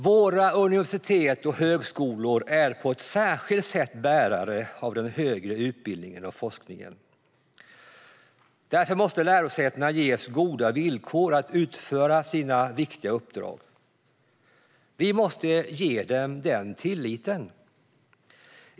Våra universitet och högskolor är på ett särskilt sätt bärare av den högre utbildningen och forskningen. Lärosätena måste därför ges goda villkor att utföra sina viktiga uppdrag. Vi måste ge dem den tilliten.